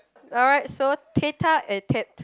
alright so tete-a-tete